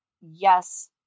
yes